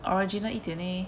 original 一点 leh